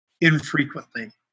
infrequently